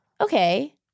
Okay